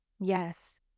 Yes